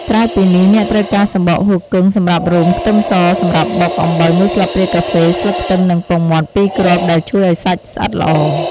ក្រៅពីនេះ អ្នកត្រូវការ សំបកហ៊ូគឹង សម្រាប់រុំ ខ្ទឹមស សម្រាប់បុក អំបិល ១ស្លាបព្រាកាហ្វេ ស្លឹកខ្ទឹម និង ពងមាន់ ២ គ្រាប់ ដែលជួយឱ្យសាច់ស្អិតល្អ។